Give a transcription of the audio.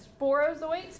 sporozoites